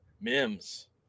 Mims